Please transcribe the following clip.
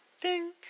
Ding